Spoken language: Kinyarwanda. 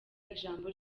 ijambo